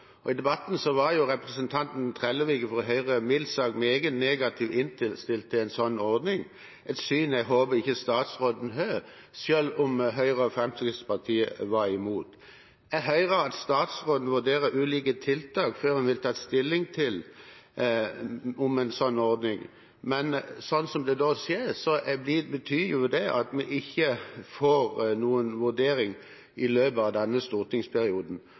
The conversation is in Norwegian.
i et eget forslag. I debatten var representanten Trellevik fra Høyre mildt sagt meget negativt innstilt til en slik ordning, et syn jeg håper ikke statsråden har, selv om Høyre og Fremskrittspartiet var imot. Jeg hører at statsråden vurderer ulike tiltak før han vil ta stilling til en slik ordning, men sånn som det da ser ut, betyr det at vi ikke får noen vurdering i løpet av denne stortingsperioden,